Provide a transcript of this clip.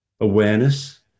awareness